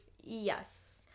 Yes